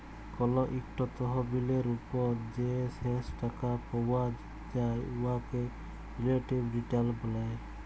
call ইকট তহবিলের উপর যে শেষ টাকা পাউয়া যায় উয়াকে রিলেটিভ রিটার্ল ব্যলে